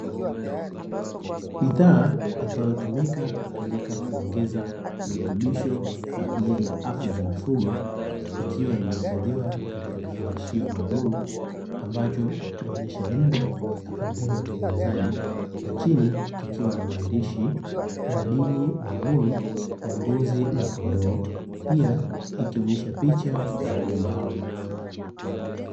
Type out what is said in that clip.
Bidhaa ambayo hutumika katika kuongeza virutubisho kwa ajili ya afya za mifugo ikiwa imehifadhiwa katika kifungashio maalumu ambacho kinaonyesha jina la kampuni ya utengenezaji na chini kikiwa na maandishi, madini maalumu ya mbuzi na kondoo pia ikionyesha picha za wanyama hao.